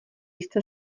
jste